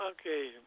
Okay